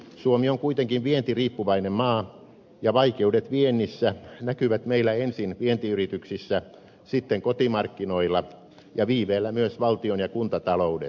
suomi on kuitenkin vientiriippuvainen maa ja vaikeudet viennissä näkyvät meillä ensin vientiyrityksissä sitten kotimarkkinoilla ja viipeellä myös valtion ja kuntataloudessa